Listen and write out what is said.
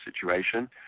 situation